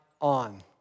on